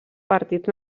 partits